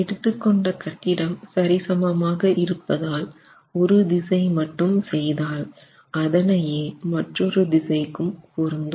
எடுத்துக் கொண்ட கட்டிடம் சரிசமமாக இருப்பதால் ஒரு திசை மட்டும் செய்தால் அதனையே மற்றொரு திசைக்கும் பொருந்தும்